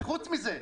וחוץ מזה,